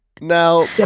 Now